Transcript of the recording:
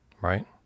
right